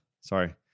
Sorry